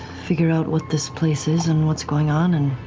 figure out what this place is and what's going on and